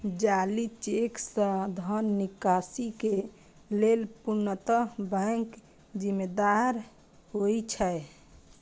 जाली चेक सं धन निकासी के लेल पूर्णतः बैंक जिम्मेदार होइ छै